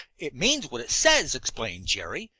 it means what it says, explained jerry.